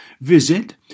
Visit